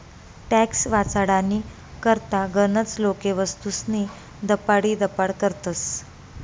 tax वाचाडानी करता गनच लोके वस्तूस्नी दपाडीदपाड करतस